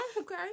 Okay